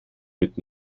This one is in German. mit